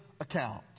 account